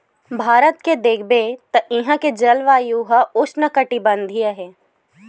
भारत के देखबे त इहां के जलवायु ह उस्नकटिबंधीय हे